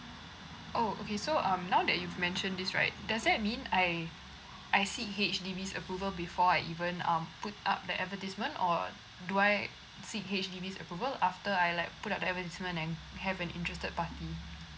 oh okay so um now that you've mentioned this right does that mean I I seek H_D_B's approval before I even um put up the advertisement or do I seek H_D_B's approval after I like put up the advertisement and have an interested party